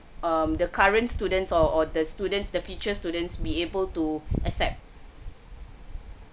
um the current students or or the students the futures students be able to accept